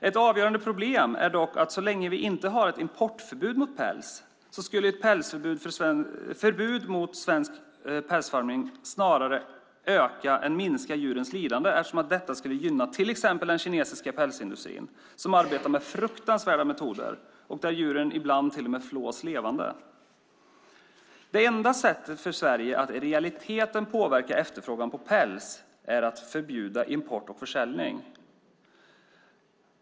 Ett avgörande problem är dock att så länge vi inte har ett förbud mot import av päls skulle ett förbud mot svensk pälsfarmning snarare öka än minska djurens lidande, eftersom det skulle gynna till exempel den kinesiska pälsindustrin, som arbetar med fruktansvärda metoder och där djuren ibland till och med flås levande. Det enda sättet för Sverige att i realiteten påverka efterfrågan på päls är att förbjuda import och försäljning.